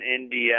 India